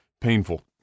painful